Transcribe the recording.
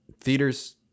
theaters